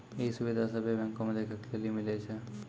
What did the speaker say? इ सुविधा सभ्भे बैंको मे देखै के लेली मिलै छे